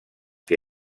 que